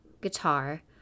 guitar